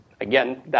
again